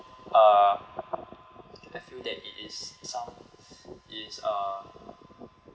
uh I feel that it is some it is uh